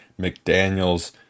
McDaniels